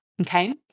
Okay